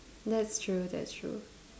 that's true that's true